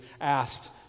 asked